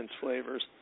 flavors